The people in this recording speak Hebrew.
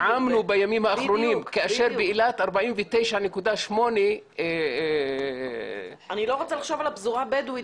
טעמנו בימים האחרונים כאשר באילת 49.8. אני לא רוצה לחשוב על הפזורה הבדואית,